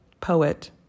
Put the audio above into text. poet